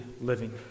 living